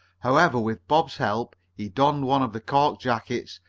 however, with bob's help he donned one of the cork jackets,